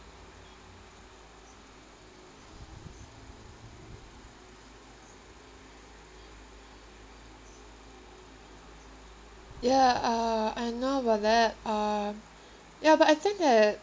ya uh I know about that uh ya but I think that